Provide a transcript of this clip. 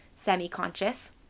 semi-conscious